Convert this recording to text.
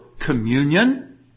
communion